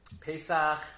Pesach